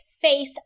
face